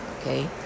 Okay